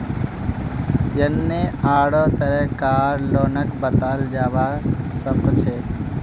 यन्ने आढ़ो तरह कार लोनक बताल जाबा सखछे